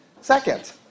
Second